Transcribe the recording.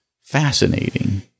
Fascinating